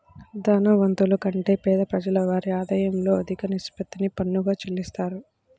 ధనవంతుల కంటే పేద ప్రజలు వారి ఆదాయంలో అధిక నిష్పత్తిని పన్నుగా చెల్లిత్తారు